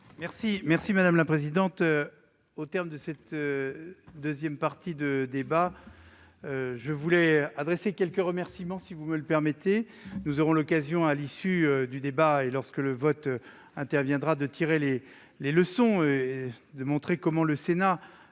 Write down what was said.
président de la commission. Au terme de cette deuxième partie de débat, je voudrais adresser quelques remerciements. Nous aurons l'occasion à l'issue du débat, lorsque le vote interviendra, d'en tirer les leçons et de montrer comment le Sénat